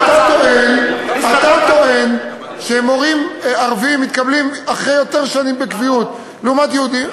אתה טוען שמורים ערבים מתקבלים אחרי יותר שנים בקביעות לעומת יהודים.